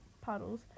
puddles